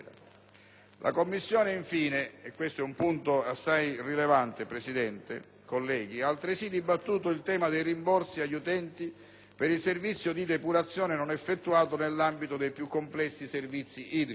La Commissione infine - e questo è un punto assai rilevante, Presidente, colleghi - ha, altresì, dibattuto il tema dei rimborsi agli utenti per il servizio di depurazione non effettuato nell'ambito dei più complessi servizi idrici.